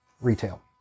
retail